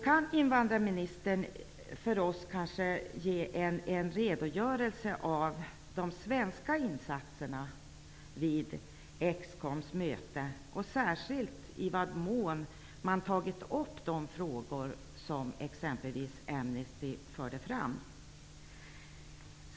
Kan invandrarministern ge oss en redogörelse för de svenska insatserna vid Excoms möte, särskilt i vad mån man tagit upp de frågor som t.ex. Amnesty förde fram.